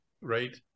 right